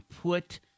put